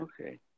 Okay